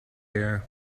air